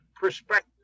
perspective